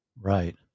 right